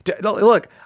Look